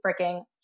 freaking